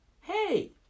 hey